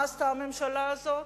מה עשתה הממשלה הזאת?